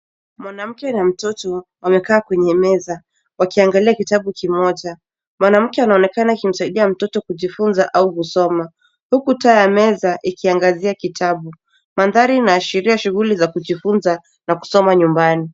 Mwanamke na mtoto wamekaa kwenye meza wakiangalia kitabu kimoja. Mwanamke anaonekana akimsaidia mtoto kujifunza au kusoma. Huku taa ya meza ikiangazia kitabu. Mandhari inaashiria shughuli za kujifunza na kusoma nyumbani.